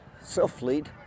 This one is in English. self-lead